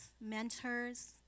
mentors